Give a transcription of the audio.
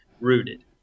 rooted